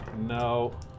no